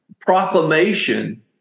proclamation